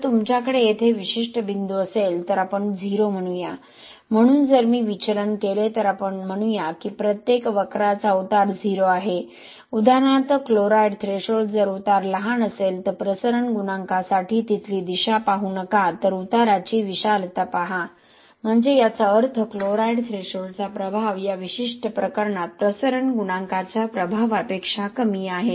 जर तुमच्याकडे येथे विशिष्ट बिंदू असेल तर आपण 0 म्हणू या म्हणून जर मी विचलन केले तर आपण म्हणू या की या प्रत्येक वक्राचा उतार 0 आहे उदाहरणार्थ क्लोराईड थ्रेशोल्ड जर उतार लहान असेल तर प्रसरण गुणांकासाठी तिथली दिशा पाहू नका तर उताराची विशालता पहा म्हणजे याचा अर्थ क्लोराईड थ्रेशोल्डचा प्रभाव या विशिष्ट प्रकरणात प्रसरण गुणांकाच्या प्रभावापेक्षा कमी आहे